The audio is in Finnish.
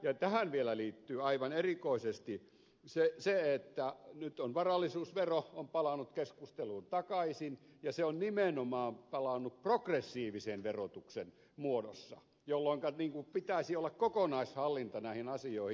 ja tähän vielä liittyy aivan erikoisesti se että nyt varallisuusvero on palannut keskusteluun takaisin ja se on nimenomaan palannut progressiivisen verotuksen muodossa jolloinka pitäisi olla kokonaishallinta näihin asioihin